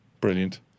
brilliant